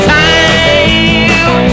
time